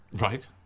Right